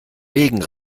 wegen